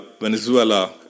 Venezuela